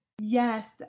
Yes